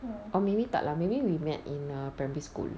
or maybe tak lah maybe we met in err primary school